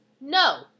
No